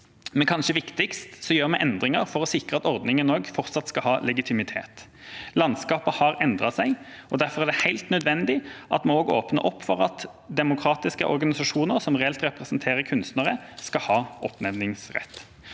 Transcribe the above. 2821 Kanskje viktigst: Vi gjør endringer for å sikre at ordningen fortsatt skal ha legitimitet. Landskapet har endret seg, og derfor er det helt nødvendig at vi også åpner for at demokratiske organisasjoner som reelt representerer kunstnere, skal ha oppnevningsrett.